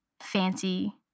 fancy